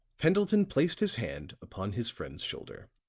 pendleton placed his hand upon his friend's shoulder.